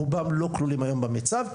רובם לא כלולים היום במיצ"ב.